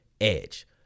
edge